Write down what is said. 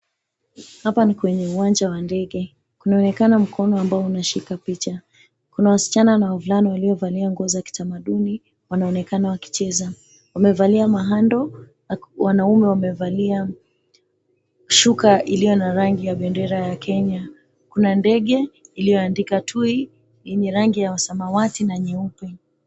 Hapa ni kwenye uwanja wa ndege, kunaonekana mkono ambao unashika picha. Kuna wasichana na wavulana waliovalia nguo za kitamamduni, wanaonekana wakicheza, wamevalia mahando. Wanaume wamevalia shuka iliyo na rangi ya bendera ya Kenya. Kuna ndege iliyoandika tui yenye rangi ya samawati na nyeupe.